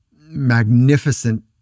magnificent